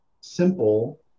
simple